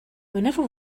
whenever